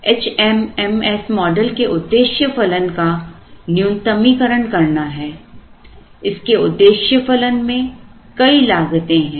HMMS model के उद्देश्य फलन का न्यूनतमीकरण करना है इसके उद्देश्य फलन में कई लागतें हैं